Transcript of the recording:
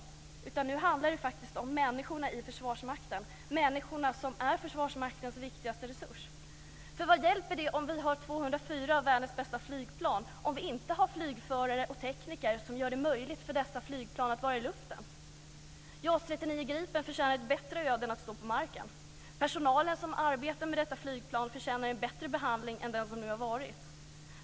Det handlar om människorna i Försvarsmakten, de som är Försvarsmaktens viktigaste resurs. Vad hjälper det om vi har 204 av världens bästa flygplan om vi inte har flygförare och tekniker som gör det möjligt för dessa flygplan att vara i luften? JAS 39 Gripen förtjänar ett bättre öde än att stå på marken. Personalen som arbetar med detta flygplan förtjänar en bättre behandling än den som har varit.